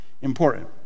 important